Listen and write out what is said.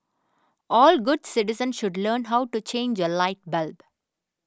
all good citizens should learn how to change a light bulb